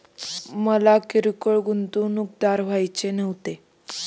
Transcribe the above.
मला किरकोळ गुंतवणूकदार व्हायचे नव्हते